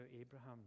Abraham